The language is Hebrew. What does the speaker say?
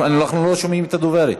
אנחנו לא שומעים את הדוברת.